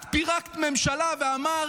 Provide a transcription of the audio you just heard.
את פירקת ממשלה ואמרת: